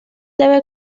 debe